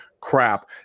crap